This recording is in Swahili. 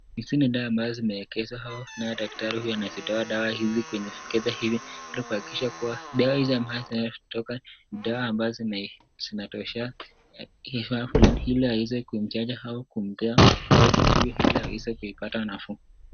Hizi ni dawa ambazo zimeekezwa hao ,nayo daktari huyu anazitoa dawa hizi kwenye vikebe hivi ilikuakikisha kua .Dawa hizi ambazo zinatoka idhaa ambazo zinatoshea, kifaa fulani ili aweze kumchanja au kumpea mtoto huyu aweze kuipata nafuu.